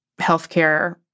healthcare